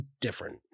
different